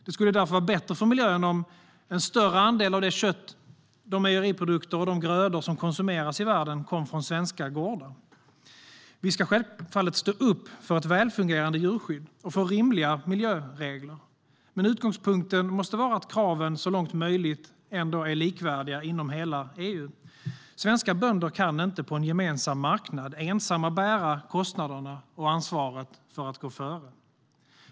Det skulle därför vara bättre för miljön om en större andel av det kött, de mejeriprodukter och de grödor som konsumeras i världen kom från svenska gårdar. Vi ska självfallet stå upp för ett välfungerande djurskydd och rimliga miljöregler, men utgångspunkten måste vara att kraven så långt möjligt är likvärdiga inom hela EU. Svenska bönder kan inte, på en gemensam marknad, ensamma bära kostnaderna och ansvaret för att gå före.